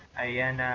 a end